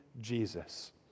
Jesus